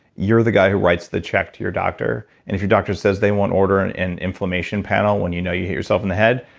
you're the guy who writes that check to your doctor. if your doctor says, they won't order an and inflammation panel when you know you hit yourself in the head,